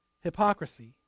Hypocrisy